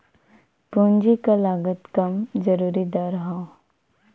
पूंजी क लागत कम जरूरी दर हौ